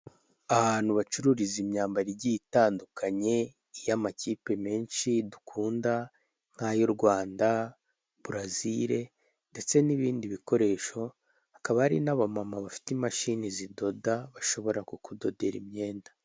Ahantu bacururiza imyambaro igiye itandukanye; iy'amakipe menshi dukunda nkay'u rwanda, brazil ndetse n'ibindi bikoresho; hakaba hari n'abamama bafite imashini zidoda; bashobora ku kudodera imyenda.